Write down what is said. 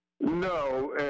No